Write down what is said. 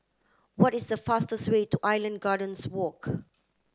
what is the fastest way to Island Gardens Walk